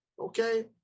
Okay